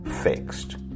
fixed